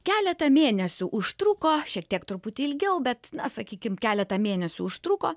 keletą mėnesių užtruko šiek tiek truputį ilgiau bet na sakykim keletą mėnesių užtruko